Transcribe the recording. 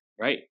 Right